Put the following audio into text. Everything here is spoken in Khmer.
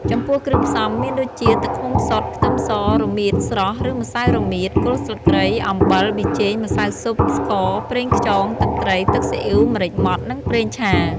ចំពោះគ្រឿងផ្សំមានដូចជាទឹកឃ្មុំសុទ្ធ ខ្ទឹមស រមៀតស្រស់ឬម្សៅរមៀត គល់ស្លឹកគ្រៃ អំបិល ប៊ីចេង ម្សៅស៊ុប ស្ករប្រេងខ្យងទឹកត្រី ទឹកស៊ីអ៉ីវ ម្រេចម៉ដ្ឋ និងប្រេងឆា។